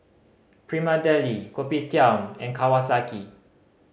Prima Deli Kopitiam and Kawasaki